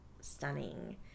stunning